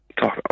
talk